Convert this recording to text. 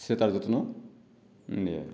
ସେ ତା ର ଯତ୍ନ ନିଏ